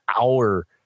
hour